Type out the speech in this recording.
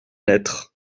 lettres